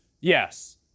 yes